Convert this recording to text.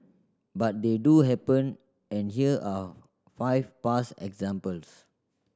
but they do happen and here are five past examples